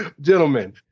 gentlemen